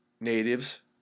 natives